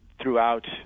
throughout